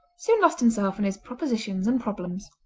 soon lost himself in his propositions and problems.